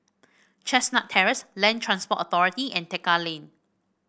Chestnut Terrace Land Transport Authority and Tekka Lane